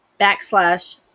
backslash